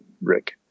Rick